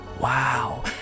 wow